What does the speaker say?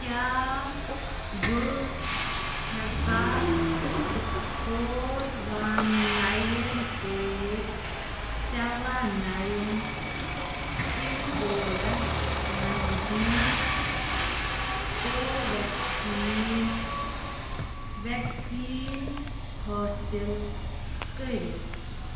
کیٛاہ بہٕ ہٮ۪کا four one nine eight seven nine pin codes نزدیٖک کو وٮ۪کسیٖن وٮ۪کسیٖن حٲصِل کٔرِتھ